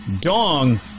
Dong